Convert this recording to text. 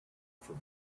from